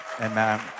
Amen